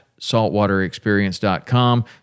saltwaterexperience.com